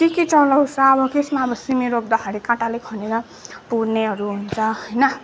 के के चलाउँछ अब केमा अब सिमी रोप्दाखेरि काँटाले खनेर पुर्नेहरू हुन्छ हैन